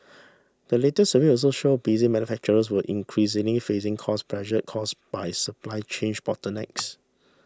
the latest survey also showed busy manufacturers were increasingly facing cost pressure caused by supply chain bottlenecks